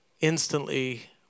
instantly